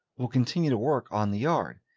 we'll continue to work on the yard,